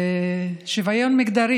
שוויון מגדרי